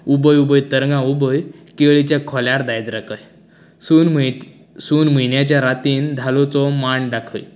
उबय उबय तरंगां उबय केळीच्या खोल्यार दायज राखय सून म्हयक सून म्हयन्याच्या रातीन धालोचो मांड दाखय